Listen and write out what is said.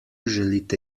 želite